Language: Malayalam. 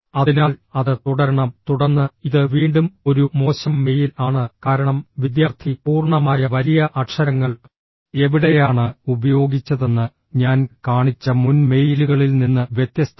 അതിനാൽ അത് തുടരണം തുടർന്ന് ഇത് വീണ്ടും ഒരു മോശം മെയിൽ ആണ് കാരണം വിദ്യാർത്ഥി പൂർണ്ണമായ വലിയ അക്ഷരങ്ങൾ എവിടെയാണ് ഉപയോഗിച്ചതെന്ന് ഞാൻ കാണിച്ച മുൻ മെയിലുകളിൽ നിന്ന് വ്യത്യസ്തമായി